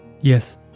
Yes